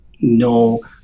no